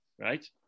right